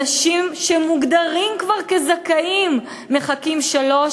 אנשים שכבר מוגדרים כזכאים מחכים שלוש